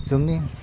जोंनि